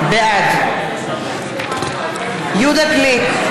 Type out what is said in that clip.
בעד יהודה גליק,